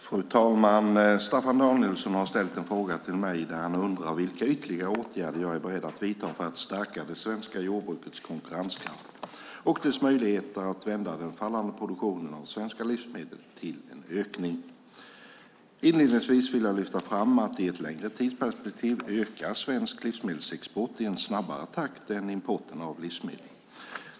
Fru talman! Staffan Danielsson har ställt en fråga till mig där han undrar vilka ytterligare åtgärder jag är beredd att vidta för att stärka det svenska jordbrukets konkurrenskraft och dess möjligheter att vända den fallande produktionen av svenska livsmedel till en ökning. Inledningsvis vill jag lyfta fram att svensk livsmedelsexport i ett längre tidsperspektiv ökar i en snabbare takt än importen av livsmedel.